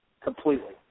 completely